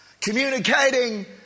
communicating